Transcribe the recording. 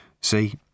See